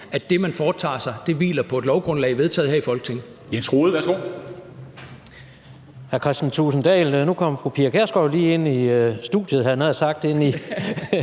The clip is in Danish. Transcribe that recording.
at det, man foretager sig, hviler på et lovgrundlag vedtaget her i Folketinget.